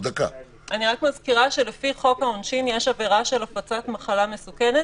אני רק מזכירה שלפי חוק העונשין יש עבירה של הפצת מחלה מסוכנת,